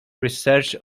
research